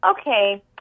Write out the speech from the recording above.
Okay